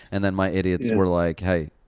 and then my idiots were like, hey,